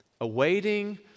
awaiting